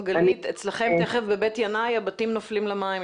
אצלכם תיכף בבית ינאי הבתים נופלים למים,